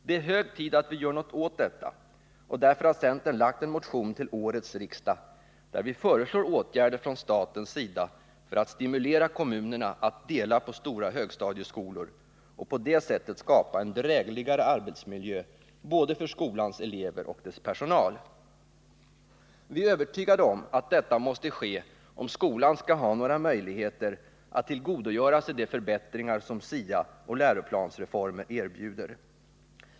Det är hög tid att vi gör något åt detta, och därför har centern lagt fram en motion till årets riksdag där vi föreslår åtgärder från statens sida för att stimulera kommunerna att dela på stora högstadieskolor och på det sättet skapa en drägligare arbetsmiljö både för skolans elever och för dess personal. Vi är övertygade om att detta måste ske, om skolan skall ha några möjligheter att tillgodogöra sig de förbättringar som SIA och läroplansreformer erbjuder.